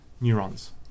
neurons